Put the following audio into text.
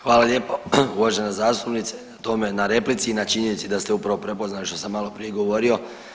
Hvala lijepo uvažena zastupnice na tome i na replici i na činjenici da ste upravo prepoznali što sam maloprije govorio.